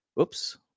oops